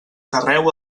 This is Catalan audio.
carreu